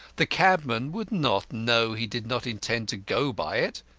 the cabman would not know he did not intend to go by it,